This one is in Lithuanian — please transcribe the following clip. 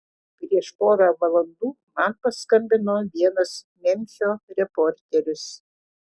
prieš porą valandų man paskambino vienas memfio reporteris